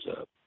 up